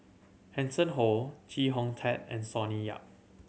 Hanson Ho Chee Hong Tat and Sonny Yap